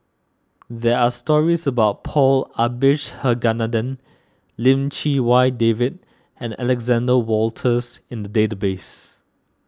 there are stories about Paul Abisheganaden Lim Chee Wai David and Alexander Wolters in the database